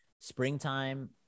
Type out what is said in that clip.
springtime